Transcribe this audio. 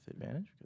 advantage